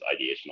ideational